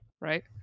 right